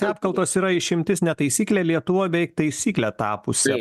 apkaltos yra išimtis ne taisyklė lietuvoj beveik taisykle tapusi